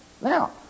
Now